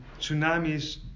tsunamis